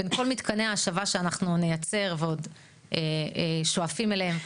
בין כל מתקני ההשבה שאנחנו נייצר ושאנחנו שואפים אליהם.